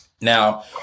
now